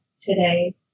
today